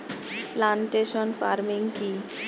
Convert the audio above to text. Plantation farming কি?